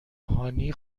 هانی